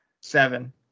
Seven